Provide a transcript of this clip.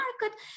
market